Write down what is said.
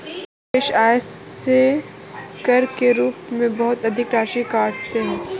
कुछ देश आय से कर के रूप में बहुत अधिक राशि काटते हैं